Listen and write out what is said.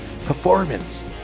performance